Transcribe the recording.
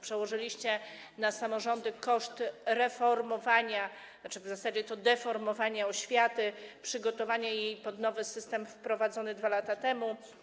Przerzuciliście na samorządy koszt reformowania, a w zasadzie to deformowania oświaty, i przygotowania jej pod nowy system wprowadzony 2 lata temu.